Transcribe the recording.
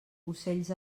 ocells